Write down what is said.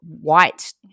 white